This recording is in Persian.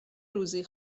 روزی